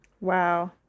Wow